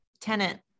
tenant